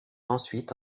ensuite